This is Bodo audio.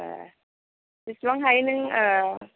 ए बेसेबां हायो नों